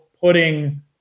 putting